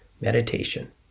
meditation